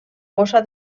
bossa